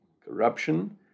Corruption